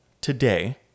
today